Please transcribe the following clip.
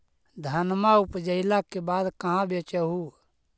धनमा उपजाईला के बाद कहाँ बेच हू?